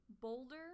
Boulder